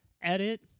edit